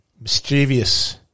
mischievous